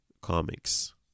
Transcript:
comics